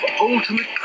ultimate